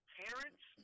parents